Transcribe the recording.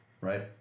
Right